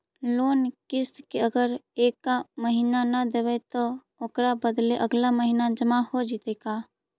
Loan के किस्त अगर एका महिना न देबै त ओकर बदले अगला महिना जमा हो जितै का?